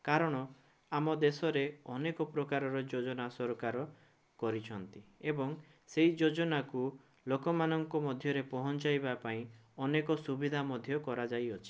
କାରଣ ଆମ ଦେଶରେ ଅନେକପ୍ରକାରର ଯୋଜନା ସରକାର କରିଛନ୍ତି ଏବଂ ସେହି ଯୋଜନାକୁ ଲୋକମାନଙ୍କ ମଧ୍ୟରେ ପହଞ୍ଚାଇବା ପାଇଁ ଅନେକ ସୁବିଧା ମଧ୍ୟ କରାଯାଇଅଛି